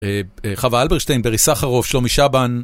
חווה אלברשטיין, ברי סחרוף, שלומי שבן.